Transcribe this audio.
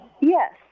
Yes